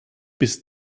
bis